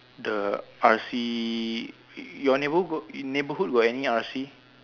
the R_C your neighbourhood got neighbourhood got any R_C